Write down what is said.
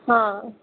ହଁ